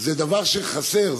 זה דבר שחסר.